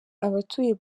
abatuye